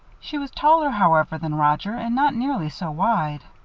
she was taller, however, than roger and not nearly so wide.